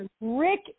Rick